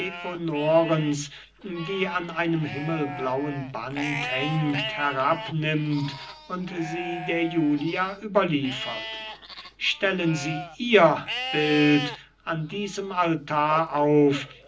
die an einem himmelblauen band hängt herabnimmt und sie der julia überliefert stellen sie ihr bild an diesem altar auf